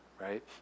right